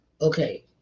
okay